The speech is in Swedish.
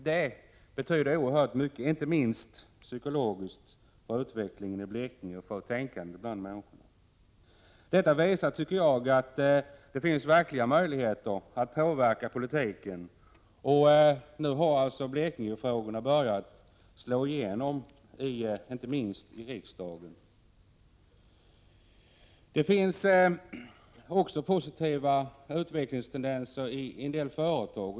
Det betyder oerhört mycket, inte minst psykologiskt, för utvecklingen i Blekinge och för tänkandet bland människorna. Detta visar, tycker jag, att det finns möjligheter att påverka politiken. Nu har alltså Blekingefrågorna börjat slå igenom, inte minst i riksdagen. Det finns också positiva utvecklingstendenser i en del företag.